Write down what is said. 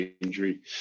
injury